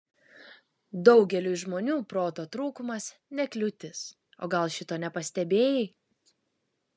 daugeliui žmonių proto trūkumas ne kliūtis o gal šito nepastebėjai